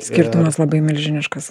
skirtumas labai milžiniškas